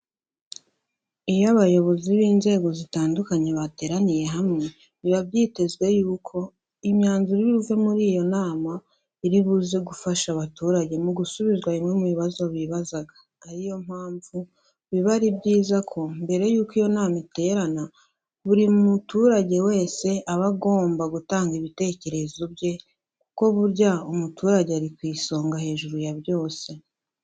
Iyo abayobozi b'inzego zitandukanye bateraniye hamwe, biba byitezwe yuko imyanzuro iribuve muri iyo nama iri buze gufasha abaturage mu gusubizwa bimwe mu bibazo bibazaga, ariyo mpamvu biba ari byiza ko mbere y'uko iyo nama iterana buri muturage wese aba agomba gutanga ibitekerezo bye kuko burya umuturage ari ku isonga hejuru ya byose.